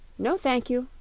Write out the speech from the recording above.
no thank you,